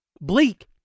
Bleak